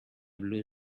blue